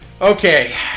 Okay